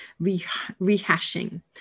rehashing